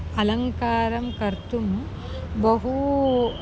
अलङ्करणं कर्तुं बहु